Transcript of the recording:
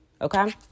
okay